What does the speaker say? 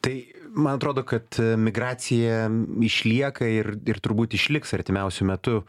tai man atrodo kad migracija išlieka ir ir turbūt išliks artimiausiu metu